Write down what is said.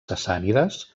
sassànides